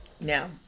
Now